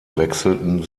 wechselten